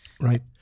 Right